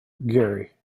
garry